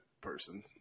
person